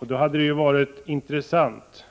Det skulle mot denna bakgrund ha varit intressant